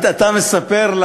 אתה מספר,